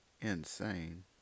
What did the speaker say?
insane